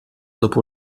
dopo